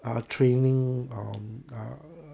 a training um uh